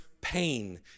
pain